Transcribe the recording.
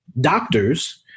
doctors